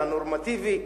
הנורמטיבי.